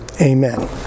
Amen